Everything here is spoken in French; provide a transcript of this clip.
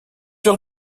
sur